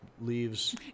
Leaves